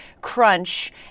crunch